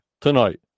tonight